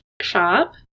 shop